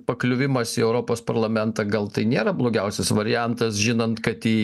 pakliuvimas į europos parlamentą gal tai nėra blogiausias variantas žinant kad į